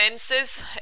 Fences